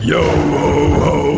Yo-ho-ho